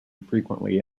frequently